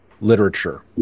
literature